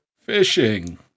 fishing